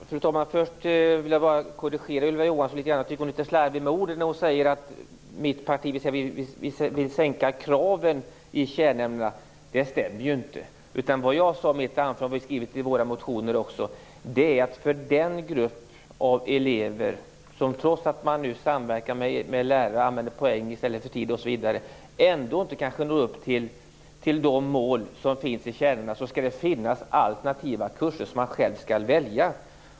Fru talman! Först vill jag korrigera Ylva Johansson litet grand. Jag tycker att hon är litet slarvig med orden när hon säger att mitt parti vill sänka kraven i kärnämnena. Det stämmer ju inte. Vad jag sade i mitt anförande, och vad vi har skrivit i våra motioner, är att det för den grupp elever som trots att man samverkar med lärare och använder poäng i stället för tid osv. ändå inte når upp till de mål som finns för kärnämnena skall finnas alternativa kurser som de själva skall välja.